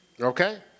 okay